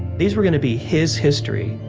these were going to be his history,